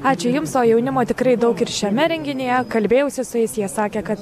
ačiū jums o jaunimo tikrai daug ir šiame renginyje kalbėjausi su jais jie sakė kad